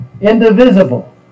indivisible